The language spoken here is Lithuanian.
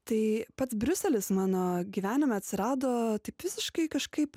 tai pats briuselis mano gyvenime atsirado taip visiškai kažkaip